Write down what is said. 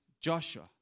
Joshua